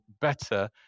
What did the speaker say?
better